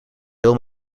heel